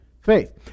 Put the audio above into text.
Faith